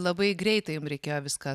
labai greitai jum reikėjo viską